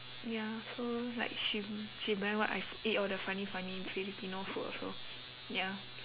ya so like she she buy what I eat all the funny funny filipino food also ya